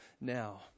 now